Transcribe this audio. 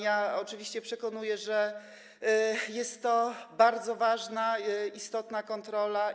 Ja oczywiście przekonuję, że jest to bardzo ważna, istotna kontrola.